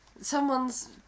Someone's